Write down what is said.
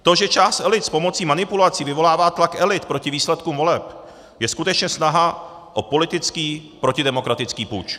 To, že část elit s pomocí manipulací vyvolává tlak elit proti výsledkům voleb, je skutečně snaha o politický protidemokratický puč.